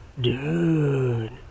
dude